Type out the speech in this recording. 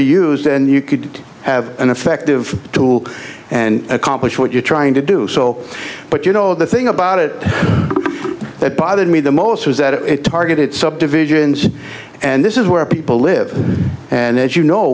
be used and you could have an effective tool and accomplish what you're trying to do so but you know the thing about it that bothered me the most was that it targeted subdivisions and this is where people live and as you know